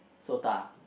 SOTA